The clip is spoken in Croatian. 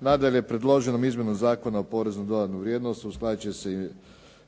Nadalje, predloženom izmjenom Zakona o poreza na dodanu vrijednost uskladit će se i